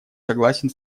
согласен